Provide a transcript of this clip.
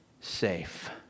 safe